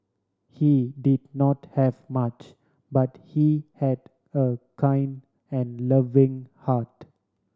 he did not have much but he had a kind and loving heart